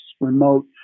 remote